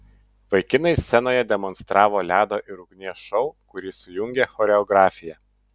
vaikinai scenoje demonstravo ledo ir ugnies šou kurį sujungė choreografija